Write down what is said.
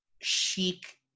chic